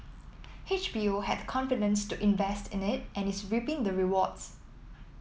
H B O had the confidence to invest in it and is reaping the rewards